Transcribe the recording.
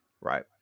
Right